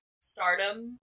stardom